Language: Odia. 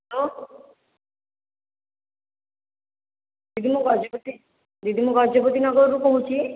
ହ୍ୟାଲୋ ଦିଦି ମୁଁ ଗଜପତି ଦିଦି ମୁଁ ଗଜପତି ନଗରରୁ କହୁଛି